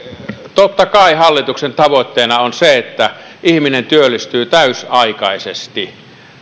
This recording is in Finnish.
totta kai hallituksen tavoitteena on se että ihminen työllistyy täysiaikaisesti